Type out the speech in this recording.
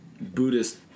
Buddhist